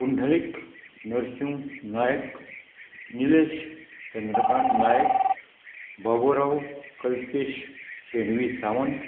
Pundalik Narshinv Nayak Nilesh Chandrakant Nayak Baburao Kalpesh Shenvi Sawant